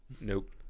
Nope